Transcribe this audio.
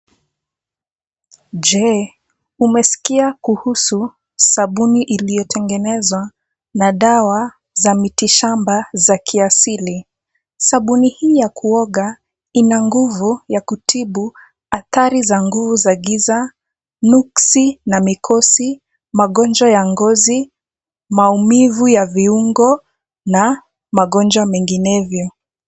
Je, umesikia kuhusu sabuni iliyotengenezwa na dawa za miti shamba za kiasili? Sabuni hii ya kuoga ina nguvu za kutibu athari za nguvu za giza, nuksi na mikosi, magonjwa ya ngozi, maumivu ya viungo na magonjwa mengineyo.